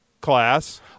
class